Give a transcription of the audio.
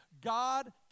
God